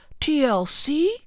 TLC